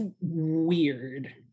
weird